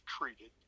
treated